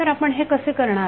तर आपण हे कसे करणार